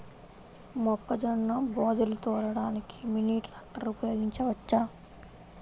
మొక్కజొన్న బోదెలు తోలడానికి మినీ ట్రాక్టర్ ఉపయోగించవచ్చా?